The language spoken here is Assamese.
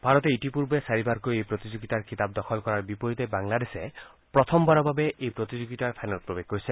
ভাৰতে ইতিপূৰ্বে চাৰিবাৰকৈ এই প্ৰতিযোগিতাৰ খিতাপ দখল কৰাৰ বিপৰীতে বাংলাদেশে প্ৰথমবাৰৰ বাবে এই প্ৰতিযোগিতাৰ ফাইনেলত প্ৰৱেশ কৰিছে